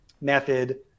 method